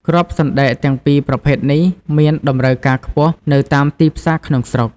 គ្រាប់សណ្ដែកទាំងពីរប្រភេទនេះមានតម្រូវការខ្ពស់នៅតាមទីផ្សារក្នុងស្រុក។